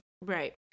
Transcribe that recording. right